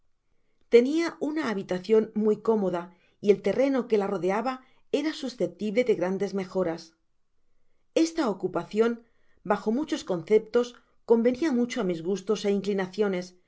tenia una habitacion muy cómoda y el terreno que la rodeaba era susceptible de grandes mejoras esta ocupacion bajo muchos conceptos convenia mucho á mis gustos é inclinaciones